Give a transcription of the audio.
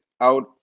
out